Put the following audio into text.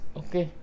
okay